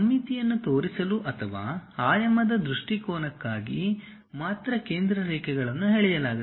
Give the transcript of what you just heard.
ಸಮ್ಮಿತಿಯನ್ನು ತೋರಿಸಲು ಅಥವಾ ಆಯಾಮದ ದೃಷ್ಟಿಕೋನಕ್ಕಾಗಿ ಮಾತ್ರ ಕೇಂದ್ರ ರೇಖೆಗಳನ್ನು ಎಳೆಯಲಾಗುತ್ತದೆ